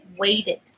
waited